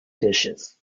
dishes